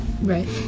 right